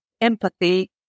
empathy